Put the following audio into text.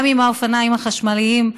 גם עם האופניים החשמליים,